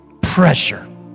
pressure